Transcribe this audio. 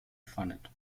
funded